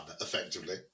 effectively